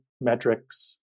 metrics-